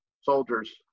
soldiers